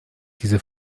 diese